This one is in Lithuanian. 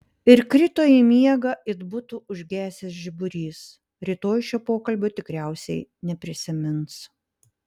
ir krito į miegą it būtų užgesęs žiburys rytoj šio pokalbio tikriausiai neprisimins